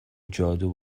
جادو